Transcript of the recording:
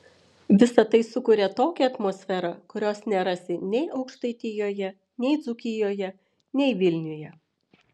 visa tai sukuria tokią atmosferą kurios nerasi nei aukštaitijoje nei dzūkijoje nei vilniuje